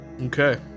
okay